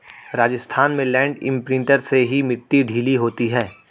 राजस्थान में land imprinter से ही मिट्टी ढीली होती है